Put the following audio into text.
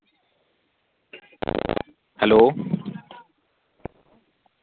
hello